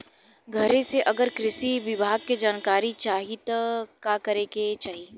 घरे से अगर कृषि विभाग के जानकारी चाहीत का करे के चाही?